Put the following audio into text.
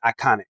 iconic